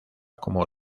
como